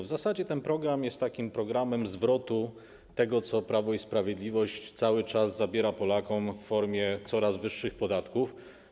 W zasadzie ten program jest takim programem zwrotu tego, co Prawo i Sprawiedliwość cały czas zabiera Polakom w formie coraz wyższych podatków.